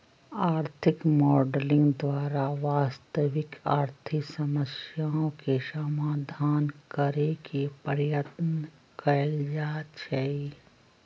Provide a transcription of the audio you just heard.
आर्थिक मॉडलिंग द्वारा वास्तविक आर्थिक समस्याके समाधान करेके पर्यतन कएल जाए छै